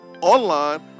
online